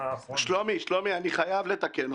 שלוש קיבלתי את המכתב.